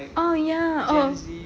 oh ya oh